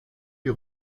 die